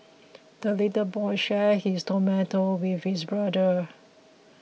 the little boy shared his tomato with his brother